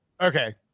Okay